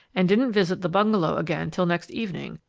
and didn't visit the bungalow again till next evening,